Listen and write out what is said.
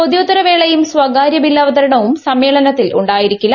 ചോദ്യോത്തരവേളയും സ്ഥകാര്യ ബിൽ അവതരണവും സമ്മേളനത്തിൽ ഉണ്ടായിരിക്കില്ല